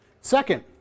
Second